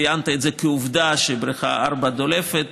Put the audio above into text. ציינת כעובדה שבריכה 4 דולפת,